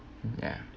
ya